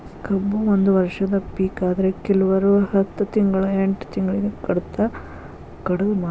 ಕಬ್ಬು ಒಂದ ವರ್ಷದ ಪಿಕ ಆದ್ರೆ ಕಿಲ್ವರು ಹತ್ತ ತಿಂಗ್ಳಾ ಎಂಟ್ ತಿಂಗ್ಳಿಗೆ ಕಡದ ಮಾರ್ತಾರ್